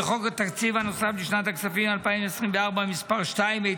וחוק התקציב הנוסף לשנת הכספים 2024 (מס' 2),